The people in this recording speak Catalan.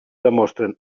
demostren